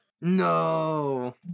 No